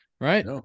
right